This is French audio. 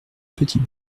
petit